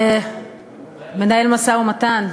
הוא מנהל משא-ומתן.